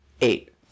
Eight